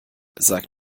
sagt